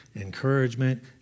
encouragement